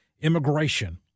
immigration